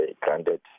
granted